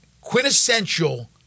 quintessential